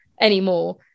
anymore